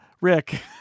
Rick